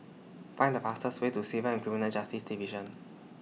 Find The fastest Way to Civil and Criminal Justice Division